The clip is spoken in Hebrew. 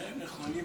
שניהם נכונים.